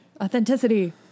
Authenticity